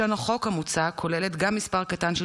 לשון החוק המוצע כוללת גם מספר קטן של